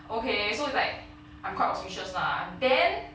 okay so it's like I'm quite auspicious lah then